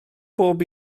bob